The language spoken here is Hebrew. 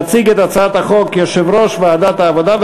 יציג את הצעת החוק יושב-ראש ועדת העבודה,